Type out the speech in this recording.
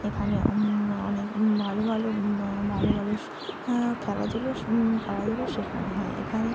এখানে অনেক ভালো ভালো ভালো ভালো খেলাধুলো খেলাধুলো শেখানো হয় এখানে